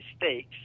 mistakes